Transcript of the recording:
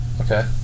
Okay